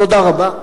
תודה רבה.